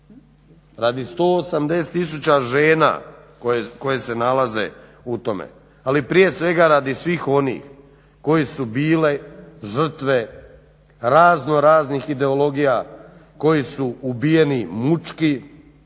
radi 180000 žena koje se nalaze u tome. Ali prije svega radi svih onih koji su bili žrtve razno raznih ideologija koji su ubijeni mučki